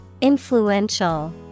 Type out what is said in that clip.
Influential